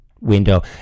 window